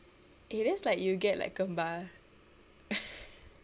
eh that's like uh you get a kembar